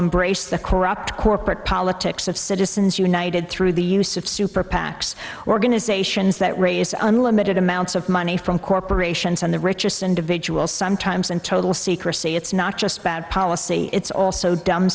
embrace the corrupt corporate politics of citizens united through the use of super pacs organizations that raise unlimited amounts of money from corporations and the richest individuals sometimes in total secrecy it's not just bad policy it's also dumb